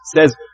says